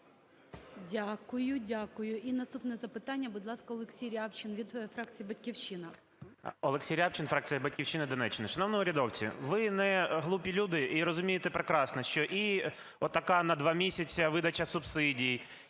Дякую, дякую. І наступне запитання, будь ласка, Олексій Рябчин від фракції "Батьківщина". 10:41:37 РЯБЧИН О.М. Олексій Рябчин, фракція "Батьківщина", Донеччина. Шановні урядовці, ви не глупі люди і розумієте прекрасно, що і така на два місяця видача субсидій,